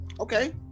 okay